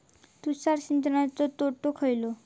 तुषार सिंचनाचे तोटे खयले?